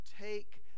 take